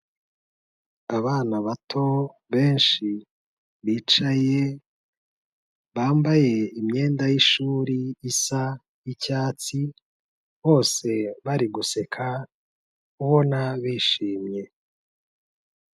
Abana bato benshi bicaye, bambaye imyenda y'ishuri isa icyatsi, bose bari guseka, ubona bishimye.